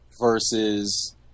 Versus